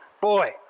Boy